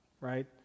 right